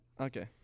Okay